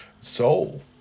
soul